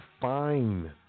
fine